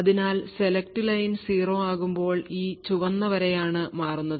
അതിനാൽ select line 0 ആകുമ്പോൾ ഈ ചുവന്ന വരയാണ് മാറുന്നത്